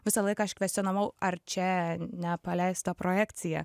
visą laiką aš kvestionavau ar čia nepaleista projekcija